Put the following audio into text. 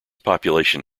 population